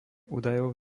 údajov